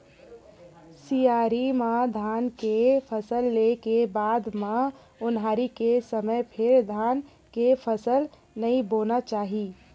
सियारी म धान के फसल ले के बाद म ओन्हारी के समे फेर धान के फसल नइ बोना चाही